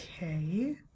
Okay